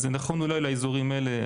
אז זה נכון אולי לאיזורים האלה,